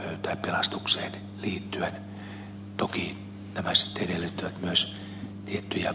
toki nämä sitten edellyttävät myös tiettyjä muutoksia muihin lakeihin